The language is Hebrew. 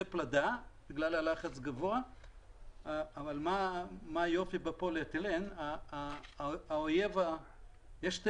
זה פלדה בגלל הלחץ הגבוה אבל מה שיפה בפוליאתילן זה שיש שני